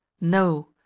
no